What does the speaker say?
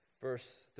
Verse